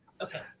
Okay